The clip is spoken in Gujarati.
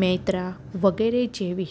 મૈત્રા વગેરે જેવી